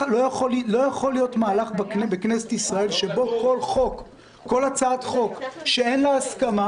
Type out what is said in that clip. לא יכול להיות מהלך בכנסת ישראל שעל כל הצעת חוק שאין עליה הסכמה